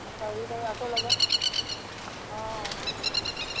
খাৰুযোৰ থাকিব আকৌ লগত অঁ